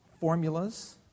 formulas